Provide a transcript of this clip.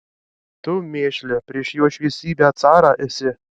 tu mėšle prieš jo šviesybę carą esi